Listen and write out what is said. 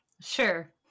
Sure